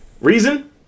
reason